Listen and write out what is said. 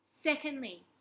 Secondly